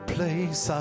place